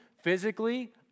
physically